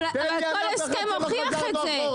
אבל כל הסכם מוכיח את זה.